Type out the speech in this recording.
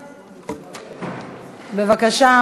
בבקשה,